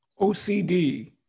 OCD